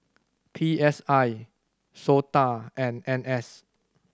P S I SOTA and N S